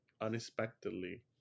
unexpectedly